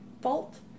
fault